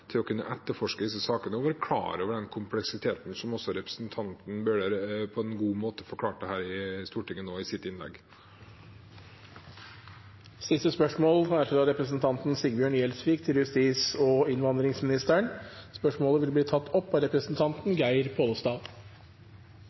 til å kunne etterforske disse sakene og å være klar over kompleksiteten, som representanten Bøhler på en god måte forklarte i sitt innlegg her i Stortinget. Dette spørsmålet, fra representanten Sigbjørn Gjelsvik til justis- og innvandringsministeren, vil bli tatt opp av representanten Geir Pollestad.